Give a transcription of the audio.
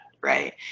right